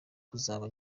kuzaba